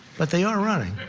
but they are running.